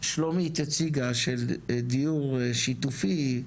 ששלומית הציגה, של דיור שיתופי,